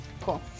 Cool